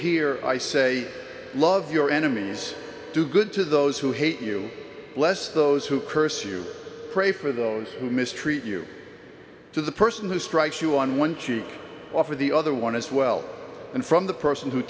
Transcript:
hear i say love your enemies do good to those who hate you bless those who curse you pray for those who mistreat you to the person who strikes you on one cheek offer the other one as well and from the person who